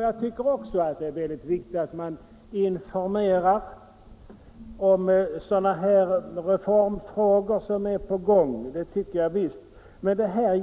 Jag tycker också att det är mycket viktigt att man in informationsmateformerar om sådana reformfrågor som är på gång. Men här gäller